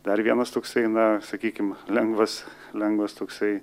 dar vienas toksai na sakykim lengvas lengvas toksai